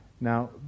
Now